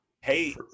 Hey